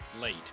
late